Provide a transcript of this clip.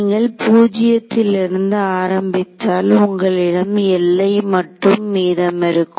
நீங்கள் பூஜ்ஜியத்தில் இருந்து ஆரம்பித்தால் உங்களிடம் மட்டும் மீதம் இருக்கும்